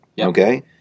Okay